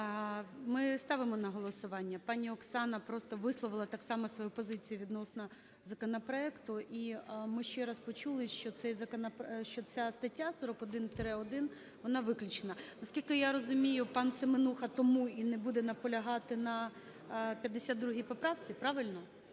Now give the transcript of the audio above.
Ми ставимо на голосування. Пані Оксана просто висловила так само свою позицію відносно законопроекту. І ми ще раз почули, що ця стаття 41-1, вона виключена. Наскільки я розумію, пан Семенуха тому і не буде наполягати на 52 поправці, правильно?